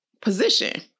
position